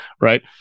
right